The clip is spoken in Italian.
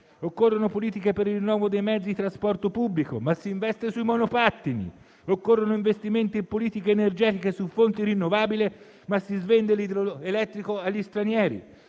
Occorrono politiche per il rinnovo dei mezzi di trasporto pubblico, ma si investe sui monopattini. Occorrono investimenti e politiche energetiche su fonti rinnovabili, ma si svende l'idroelettrico agli stranieri.